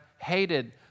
hated